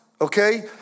Okay